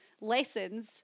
lessons